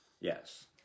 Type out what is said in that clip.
Yes